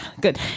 good